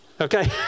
Okay